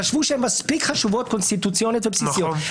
חשבו שהן מספיק חשובות קונסטיטוציוניות ובסיסיות,